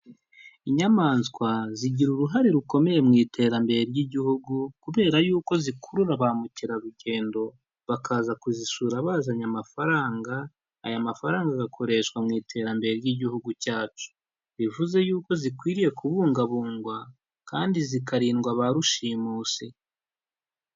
Inyamaswa zigira uruhare rukomeye mu iterambere ry'Igihugu kubera y'uko zikurura ba mukerarugendo, bakaza kuzisura bazanye amafaranga, aya mafaranga agakoreshwa mu iterambere ry'Igihugu cyacu, bivuze y'uko zikwiriye kubungwabungwa kandi zikarindwa ba rushimusi.